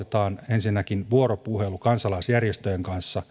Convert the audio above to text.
ensinnäkin vuoropuhelun kansalaisjärjestöjen